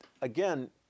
again